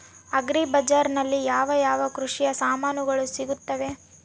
Agri ಬಜಾರಿನಲ್ಲಿ ಯಾವ ಯಾವ ಕೃಷಿಯ ಸಾಮಾನುಗಳು ಸಿಗುತ್ತವೆ?